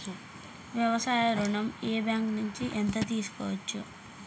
వ్యవసాయ ఋణం ఏ బ్యాంక్ నుంచి ఎంత తీసుకోవచ్చు?